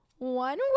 One